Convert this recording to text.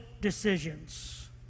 decisions